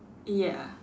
ya